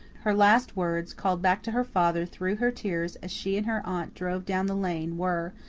her last words, called back to her father through her tears as she and her aunt drove down the lane, were,